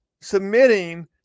submitting